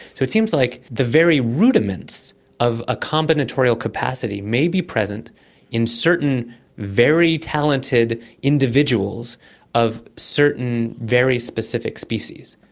so it seems like the very rudiments of a combinatorial capacity may be present in certain very talented individuals of certain very specific species.